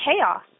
chaos